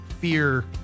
fear